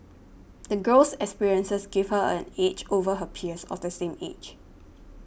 the girl's experiences gave her an edge over her peers of the same age